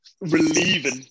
relieving